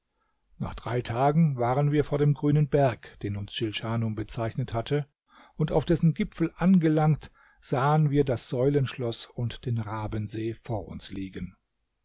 nach drei tagen waren wir vor dem grünen berg den uns schilschanum bezeichnet hatte und auf dessen gipfel angelangt sahen wir das säulenschloß und den rabensee vor uns liegen